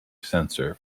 sensor